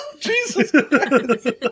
Jesus